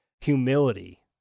humility